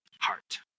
heart